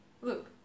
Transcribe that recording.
Look